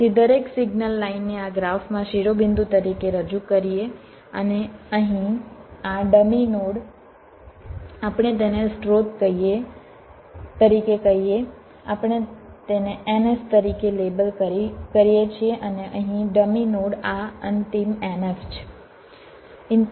તેથી દરેક સિગ્નલ લાઇનને આ ગ્રાફમાં શિરોબિંદુ તરીકે રજૂ કરીએ અને અહીં આ ડમી નોડ આપણે તેને સ્ત્રોત તરીકે કહીએ આપણે તેને ns તરીકે લેબલ કરીએ છીએ અને અહીં ડમી નોડ આ અંતિમ nf છે